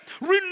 renew